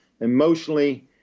emotionally